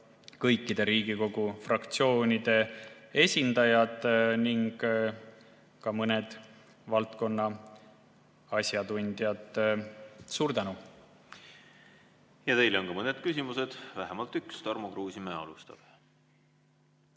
kõikide Riigikogu fraktsioonide esindajad ning ka mõned valdkonna asjatundjad. Suur tänu! Teile on ka mõned küsimused, vähemalt üks. Tarmo Kruusimäe alustab.